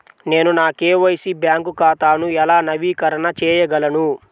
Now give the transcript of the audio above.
నేను నా KYC bank ఖాతాను ఎలా నవీకరణ చేయగలను?